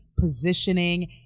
positioning